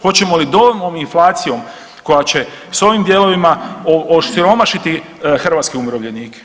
Hoćemo li inflacijom koja će sa ovim dijelovima osiromašiti hrvatske umirovljenike?